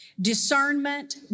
discernment